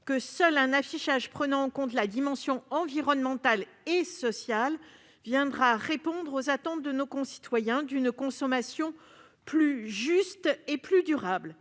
que seul un affichage prenant en compte les dimensions environnementale et sociale répondra aux attentes de nos concitoyens d'une consommation plus juste et plus durable.